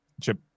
Chip